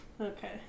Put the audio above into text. okay